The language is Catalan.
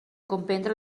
comprendre